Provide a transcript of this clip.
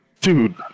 Dude